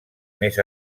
més